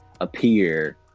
appear